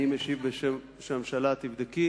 אני משיב בשם הממשלה, תבדקי.